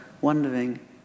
wondering